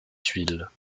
tuiles